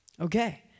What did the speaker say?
Okay